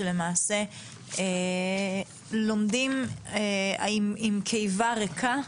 שלמעשה לומדים עם קיבה ריקה,